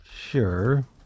Sure